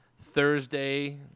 Thursday –